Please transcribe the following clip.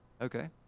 Okay